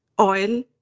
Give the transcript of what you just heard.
oil